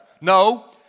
No